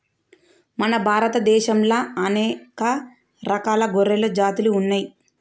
మన భారత దేశంలా అనేక రకాల గొర్రెల జాతులు ఉన్నయ్యి